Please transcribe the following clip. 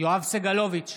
יואב סגלוביץ'